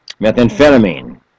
methamphetamine